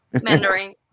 Mandarin